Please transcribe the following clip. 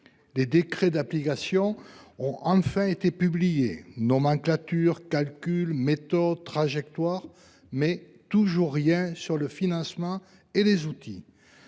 Les décrets d’application ont enfin été publiés : ils précisent nomenclature, calcul, méthode et trajectoire, mais toujours rien sur le financement ou les outils